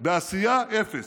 בעשייה, אפס.